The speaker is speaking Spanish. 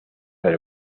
del